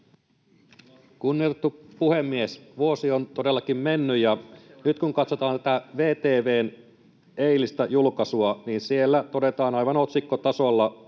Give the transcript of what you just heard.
Kunnioitettu puhemies! Vuosi on todellakin mennyt. Nyt, kun katsotaan VTV:n eilistä julkaisua, siellä todetaan aivan otsikkotasolla: